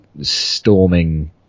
storming